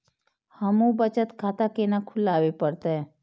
हमू बचत खाता केना खुलाबे परतें?